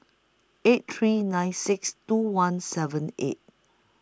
eight three nine six two one seven eight